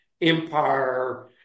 empire